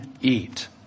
eat